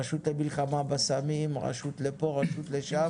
רשות למלחמה בסמים, רשות לפה, רשות לשם.